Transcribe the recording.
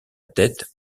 tête